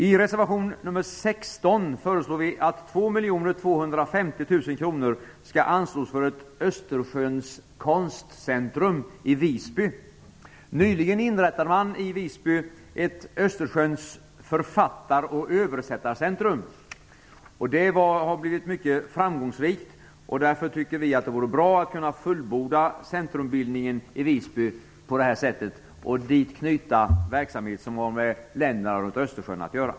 I reservation 16 föreslår vi att 2 250 000 kr skall anslås för ett Östersjöns konstcentrum i Visby. Nyligen inrättade man i Visby Östersjöns författar och översättarcentrum. Det har blivit mycket framgångsrikt. Vi tycker att det vore bra att kunna fullborda centrumbildningen i Visby på det här sättet och knyta verksamhet dit som har med länderna runt Östersjön att göra.